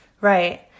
Right